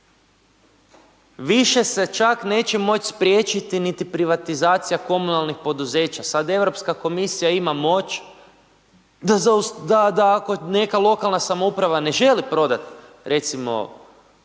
Više se čak neće moći spriječiti niti privatizacija komunalnih poduzeća, sad EU komisija ima moć da ako neka lokalna samouprava ne želi prodati odvoz